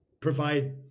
provide